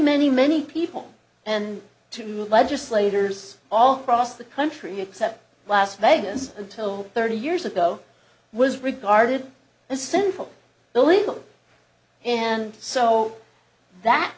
many many people and to legislators all across the country except last vegas until thirty years ago was regarded as sinful illegal and so that